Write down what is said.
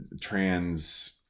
trans